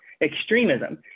extremism